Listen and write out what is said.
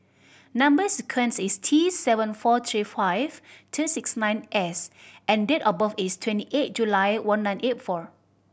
number sequence is T seven four three five two six nine S and date of birth is twenty eight July one nine eight four